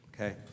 Okay